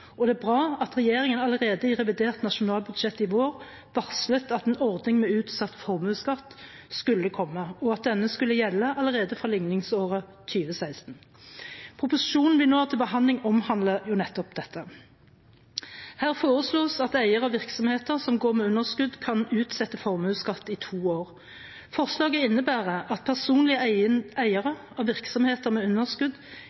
Og det er bra at regjeringen allerede i revidert nasjonalbudsjett i vår varslet at en ordning med utsatt formuesskatt skulle komme, og at denne skulle gjelde allerede fra ligningsåret 2016. Proposisjonen vi nå har til behandling, omhandler nettopp dette. Her foreslås at eiere av virksomheter som går med underskudd, kan utsette formuesskatten i to år. Forslaget innebærer at personlige